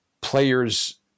players